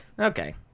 Okay